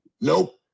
Nope